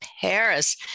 Paris